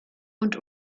und